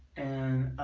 and